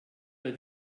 der